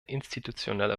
institutionelle